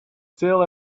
still